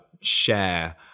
share